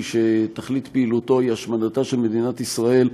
שתכלית פעילותו היא השמדתה של מדינת ישראל,